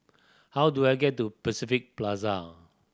how do I get to Pacific Plaza